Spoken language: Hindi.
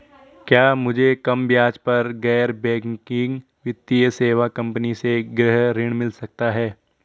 क्या मुझे कम ब्याज दर पर गैर बैंकिंग वित्तीय सेवा कंपनी से गृह ऋण मिल सकता है?